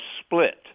split